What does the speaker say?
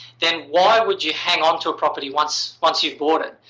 then why would you hang on to a property once once you've bought it?